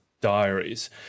Diaries